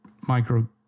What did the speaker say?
micro